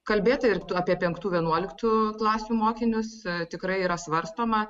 kalbėta ir apie penktų vienuoliktų klasių mokinius tikrai yra svarstoma